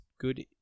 good